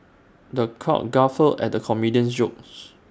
the crowd guffawed at the comedian's jokes